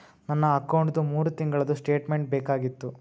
ನನ್ನ ಅಕೌಂಟ್ದು ಮೂರು ತಿಂಗಳದು ಸ್ಟೇಟ್ಮೆಂಟ್ ಬೇಕಾಗಿತ್ತು?